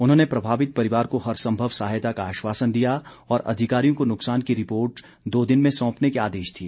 उन्होंने प्रभावित परिवार को हर संभव सहायता का आश्वासन दिया और अधिकारियों को नुकसान की रिपोर्ट दो दिन में सौंपने के आदेश दिए